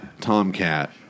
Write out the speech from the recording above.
Tomcat